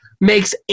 makes